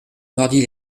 mordit